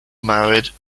married